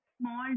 small